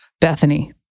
Bethany